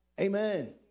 amen